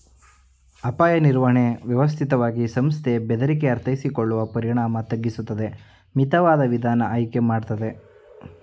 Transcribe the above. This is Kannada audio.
ಅಪಾಯ ನಿರ್ವಹಣೆ ವ್ಯವಸ್ಥಿತವಾಗಿ ಸಂಸ್ಥೆ ಬೆದರಿಕೆ ಅರ್ಥೈಸಿಕೊಳ್ಳುವ ಪರಿಣಾಮ ತಗ್ಗಿಸುತ್ತದೆ ಮಿತವಾದ ವಿಧಾನ ಆಯ್ಕೆ ಮಾಡ್ತದೆ